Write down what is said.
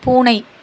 பூனை